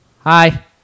hi